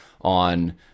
on